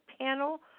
panel